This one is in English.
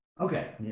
Okay